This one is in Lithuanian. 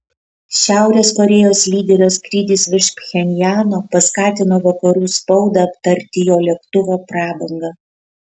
šiaurės korėjos lyderio skrydis virš pchenjano paskatino vakarų spaudą aptarti jo lėktuvo prabangą